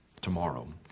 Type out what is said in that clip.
tomorrow